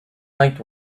night